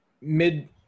mid